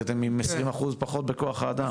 כי אתם עם 20% פחות מכוח האדם.